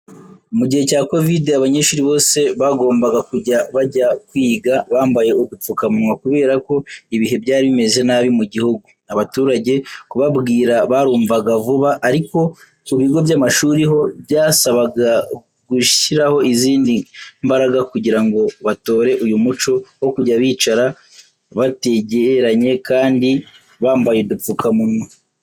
Mu gihe cya kovide abanyeshuri bose bagombaga kujya bajya kwiga bambaye udupfukamunwa kubera ko ibihe byari bimeze nabi mu gihugu. Abaturage kubabwira barumvaga vuba ariko ku bigo by'amashuri ho byasabaga gushyiramo izindi mbaraga kugira ngo batore uyu muco wo kujya bicara bategeranye kandi bambaye udupfukamunwa.